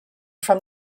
from